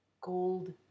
Gold